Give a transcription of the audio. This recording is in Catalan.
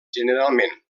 generalment